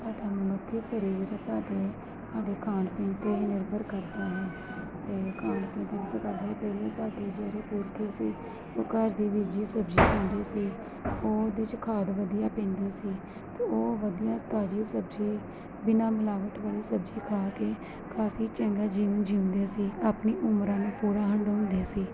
ਮਨੁੱਖੀ ਸਰੀਰ ਸਾਡੇ ਖਾਣ ਪੀਣ ਤੇ ਨਿਰਭਰ ਕਰਦਾ ਹੈ ਤੇ ਖਾਣ ਪੀਣ ਤੇ ਨਿਰਭਰ ਕਰਦਾ ਤੇ ਵਧੀਆ ਪੈਂਦੀ ਸੀ ਉਹ ਵਧੀਆ ਤਾਜੀ ਸਬਜੀ ਬਿਨਾ ਸਬਜੀ ਖਾ ਕੇ ਕਾਫੀ ਚੰਗਾ ਜਿਮ ਜਿਉਂਦੇ ਸੀ ਆਪਣੀ ਉਮਰਾਂ ਨੇ ਪੂਰਾ ਹੰਡਾਉਂਦੇ ਸੀ